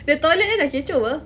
the toilet kan dah kecoh apa